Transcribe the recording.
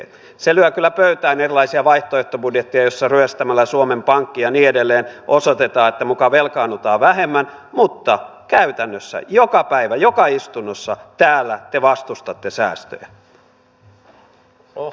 se lyö kyllä pöytään erilaisia vaihtoehtobudjetteja joissa ryöstämällä suomen pankki ja niin edelleen osoitetaan että muka velkaannutaan vähemmän mutta käytännössä joka päivä joka istunnossa täällä te vastustatte säästöjä